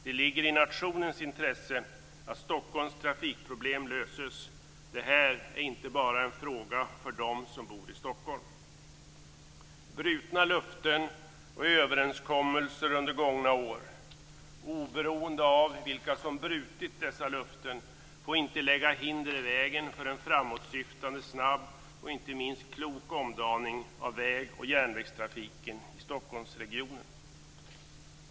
Det ligger i nationens intresse att Stockholms trafikproblem löses. Detta är inte bara en fråga för dem som bor i Stockholm. Brutna löften och överenskommelser under gångna år - oberoende av vilka som brutit dessa löften - får inte lägga hinder i vägen för en framåtsyftande, snabb och inte minst klok omdaning av väg och järnvägstrafiken i Stockholmsregionen.